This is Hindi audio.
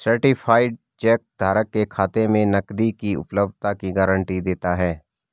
सर्टीफाइड चेक धारक के खाते में नकदी की उपलब्धता की गारंटी देता है